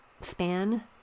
span